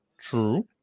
True